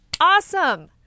Awesome